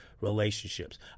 relationships